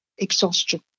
exhaustion